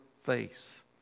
face